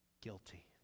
guilty